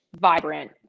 vibrant